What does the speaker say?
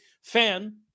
fan